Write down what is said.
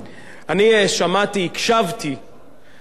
לחלקו הגדול של הדיון הזה,